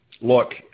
Look